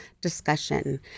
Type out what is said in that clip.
discussion